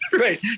Right